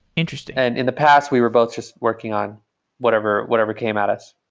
interesting. and in the past we were both just working on whatever whatever came at us.